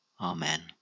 Amen